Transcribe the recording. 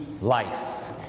life